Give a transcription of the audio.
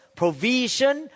provision